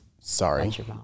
Sorry